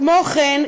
כמו כן,